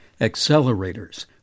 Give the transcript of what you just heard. Accelerators